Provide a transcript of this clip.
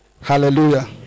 Hallelujah